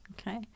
okay